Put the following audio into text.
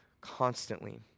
constantly